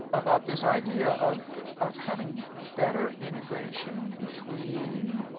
ah about this idea of of having better integration between